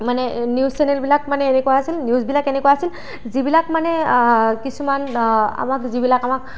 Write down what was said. মানে নিউজ চেনেলবিলাক মানে এনেকুৱা আছিল নিউজবিলাক এনেকুৱা আছিল যিবিলাক মানে কিছুমান আমাক যিবিলাক আমাক